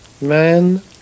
man